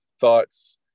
thoughts